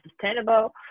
sustainable